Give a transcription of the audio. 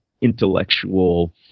intellectual